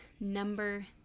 number